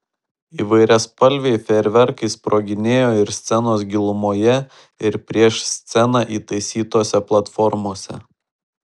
įvairiaspalviai fejerverkai sproginėjo ir scenos gilumoje ir prieš sceną įtaisytose platformose